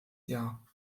jahr